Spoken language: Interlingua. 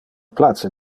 place